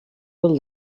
del